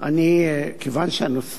כיוון שהנושא